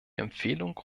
empfehlung